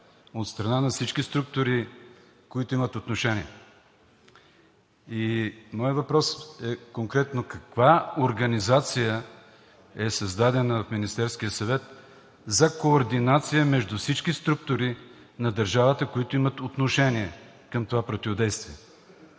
от страна на всички структури, които имат отношение. Моят въпрос е конкретно: каква организация е създадена от Министерския съвет за координация между всички структури на държавата, които имат отношение, към това противодействие?